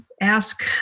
ask